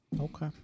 Okay